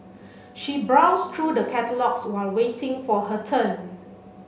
she browsed through the catalogues while waiting for her turn